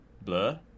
blur